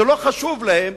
לא חשוב להם,